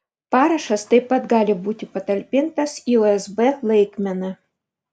parašas taip pat gali būti patalpintas į usb laikmeną